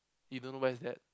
you don't know where is that